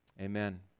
Amen